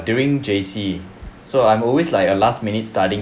during J_C so I'm always like a last minute studying